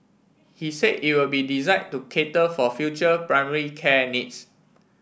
he said it will be designed to cater for future primary care needs